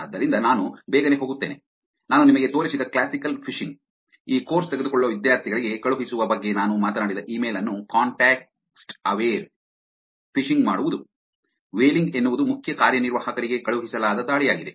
ಆದ್ದರಿಂದ ನಾನು ಬೇಗನೆ ಹೋಗುತ್ತೇನೆ ನಾನು ನಿಮಗೆ ತೋರಿಸಿದ ಕ್ಲಾಸಿಕಲ್ ಫಿಶಿಂಗ್ ಈ ಕೋರ್ಸ್ ತೆಗೆದುಕೊಳ್ಳುವ ವಿದ್ಯಾರ್ಥಿಗಳಿಗೆ ಕಳುಹಿಸುವ ಬಗ್ಗೆ ನಾನು ಮಾತನಾಡಿದ ಇಮೇಲ್ ಅನ್ನು ಕಾಂಟೆಕ್ಸ್ಟ್ ಅವೇರ್ ಫಿಶಿಂಗ್ ಮಾಡುವುದು ವೇಲಿಂಗ್ ಎನ್ನುವುದು ಮುಖ್ಯ ಕಾರ್ಯನಿರ್ವಾಹಕರಿಗೆ ಕಳುಹಿಸಲಾದ ದಾಳಿಯಾಗಿದೆ